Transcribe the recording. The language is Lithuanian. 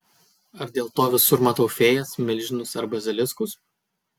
ar dėl to visur matau fėjas milžinus ar baziliskus